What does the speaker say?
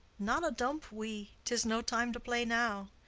not a dump we! tis no time to play now.